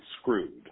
screwed